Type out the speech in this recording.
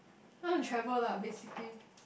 I want to travel lah basically